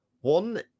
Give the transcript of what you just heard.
One